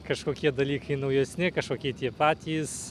kažkokie dalykai naujesni kažkokie tie patys